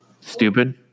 Stupid